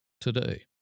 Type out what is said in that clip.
today